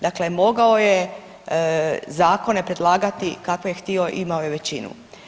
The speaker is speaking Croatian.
Dakle, mogao je zakone predlagati kakve je htio, imao je većinu.